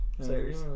series